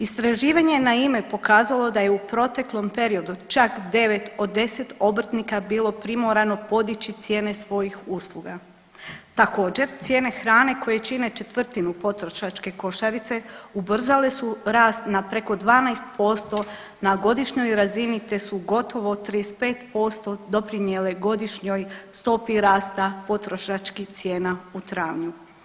Istraživanje je naime pokazalo da je u proteklom periodu čak 9 od 10 obrtnika bilo primorano podići cijene svojih usluga, također cijene hrane koje čine četvrtinu potrošačke košarice ubrzale su rast na preko 12% na godišnjoj razini, te su gotovo 35% doprinjele godišnjoj stopi rasta potrošačkih cijena u travnju.